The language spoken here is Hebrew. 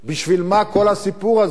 בשביל מה כל הסיפור הזה?